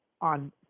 on